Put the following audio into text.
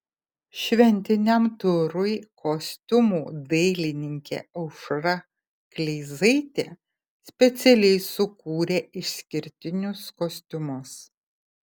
šventiniam turui kostiumų dailininkė aušra kleizaitė specialiai sukūrė išskirtinius kostiumus